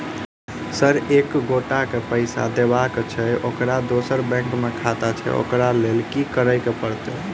Sir एक एगोटा केँ पैसा देबाक छैय ओकर दोसर बैंक मे खाता छैय ओकरा लैल की करपरतैय?